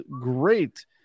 great